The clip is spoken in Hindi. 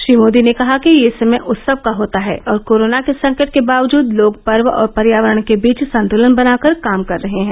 श्री मोदी ने कहा कि ये समय उत्सव का होता है और कोरोना के संकट के बावजूद लोग पर्व और पर्यावरण के बीच संतलन बनाकर काम कर रहे हैं